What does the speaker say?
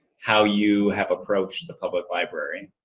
how you have approached the public library.